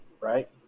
right